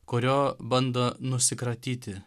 kurio bando nusikratyti